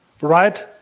right